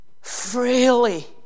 freely